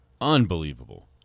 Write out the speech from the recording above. Unbelievable